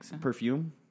perfume